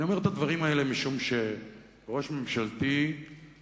אני אומר את הדברים האלה משום שראש ממשלתי עומד